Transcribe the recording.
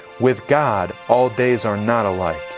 with god all days are not alike.